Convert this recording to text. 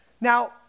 Now